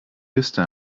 liste